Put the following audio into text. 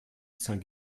saint